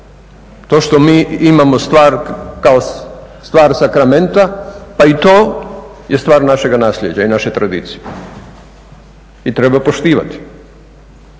To što mi imamo stvar sakramenta pa i to je stvar našega naslijeđa i naše tradicije i treba poštivati.